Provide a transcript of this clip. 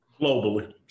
Globally